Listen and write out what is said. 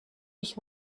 ich